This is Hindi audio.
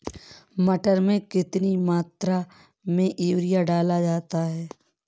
मटर में कितनी मात्रा में यूरिया डाला जाता है?